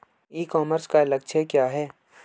ई commerce का लक्ष्य क्या है?